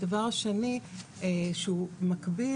הדבר השני שהוא מקביל,